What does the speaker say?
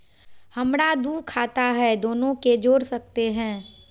हमरा दू खाता हय, दोनो के जोड़ सकते है?